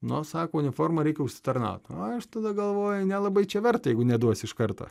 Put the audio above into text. nusako uniforma reikia užsitarnauti o aš tada galvoju nelabai čia verta jeigu neduos iš karto